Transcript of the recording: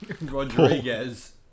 Rodriguez